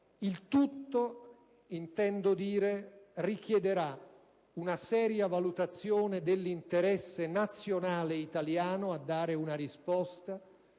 Il tutto richiederà una seria valutazione dell'interesse nazionale italiano a dare una risposta